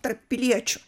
tarp piliečių